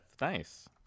nice